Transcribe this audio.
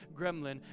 gremlin